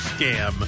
Scam